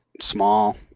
small